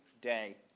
day